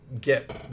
get